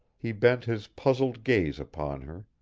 he bent his puzzled gaze upon her.